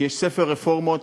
כי יש ספר רפורמות,